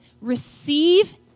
receive